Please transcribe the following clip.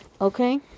okay